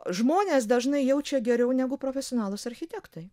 žmonės dažnai jaučia geriau negu profesionalūs architektai